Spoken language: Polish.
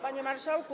Panie Marszałku!